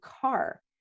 car